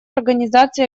организации